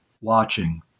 watching